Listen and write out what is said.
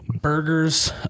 burgers